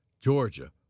Georgia